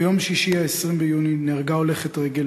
ביום שישי 20 ביוני נהרגה הולכת רגל,